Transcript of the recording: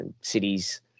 cities